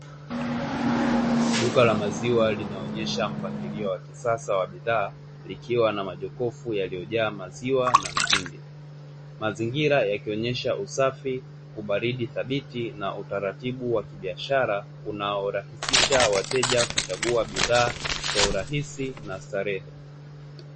Duka la maziwa linaonyesha mpangilio wa kisasa wa bidhaa likiwa na majokofu yaliyojaa maziwa na mtindi. Mazingira yakionyesha usafi, ubaridi dhabiti na utaratibu wa kibiashara unao rahisisha wateja kuchagua bidhaa kwa urahisi na starehe.